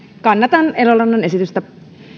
kannatan elorannan esitystä